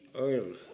oil